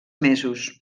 mesos